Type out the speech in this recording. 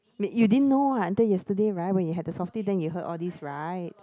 wait you didn't know ah until yesterday right when you had the softee then you heard all this right